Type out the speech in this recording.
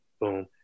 boom